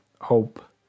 hope